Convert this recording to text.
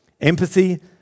Empathy